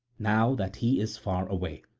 now that he is far away.